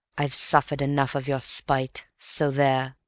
i've suffered enough of your spite. so there!